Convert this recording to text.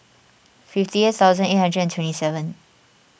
fifty eight thousand eight hundred and twenty seven